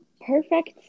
perfect